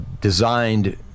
designed